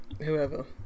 whoever